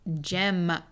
gem